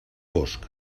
fosc